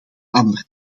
ander